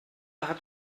hat